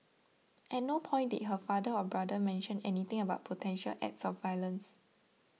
at no point did her father or brother mention anything about potential acts of violence